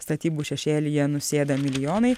statybų šešėlyje nusėda milijonai